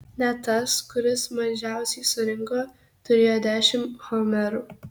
net tas kuris mažiausiai surinko turėjo dešimt homerų